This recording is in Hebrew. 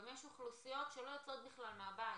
יש גם אוכלוסיות שלא יוצאות בכלל מהבית,